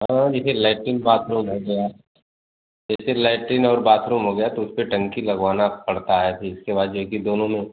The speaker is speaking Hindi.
हाँ जैसे लैट्रिन बाथरूम हो गया जैसे लैट्रिन और बाथरूम हो गया तो उसपे टंकी लगवाना पड़ता है फिर उसके बाद क्योंकि दोनों में